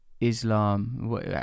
Islam